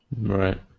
Right